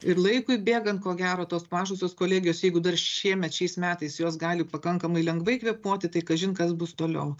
ir laikui bėgant ko gero tos mažosios kolegijos jeigu dar šiemet šiais metais jos gali pakankamai lengvai kvėpuoti tai kažin kas bus toliau